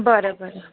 बरं बरं